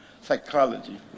Psychology